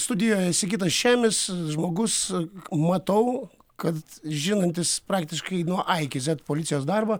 studijoje sigitas šemis žmogus matau kad žinantis praktiškai nuo a iki zet policijos darbą